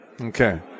Okay